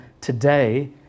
today